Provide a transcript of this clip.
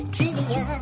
Trivia